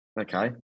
Okay